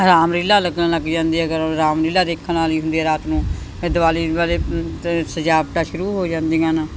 ਰਾਮਲੀਲ੍ਹਾ ਲੱਗਣ ਲੱਗ ਜਾਂਦੀ ਹੈ ਗਰ ਰਾਮਲੀਲ੍ਹਾ ਦੇਖਣ ਵਾਲੀ ਹੁੰਦੀ ਰਾਤ ਨੂੰ ਫਿਰ ਦੀਵਾਲੀ ਵਾਲੇ ਸਜਾਵਟਾਂ ਸ਼ੁਰੂ ਹੋ ਜਾਂਦੀਆਂ ਹਨ